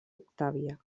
octàvia